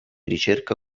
ricerca